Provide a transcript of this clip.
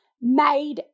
made